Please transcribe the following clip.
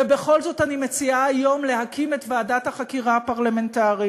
ובכל זאת אני מציעה היום להקים את ועדת החקירה הפרלמנטרית.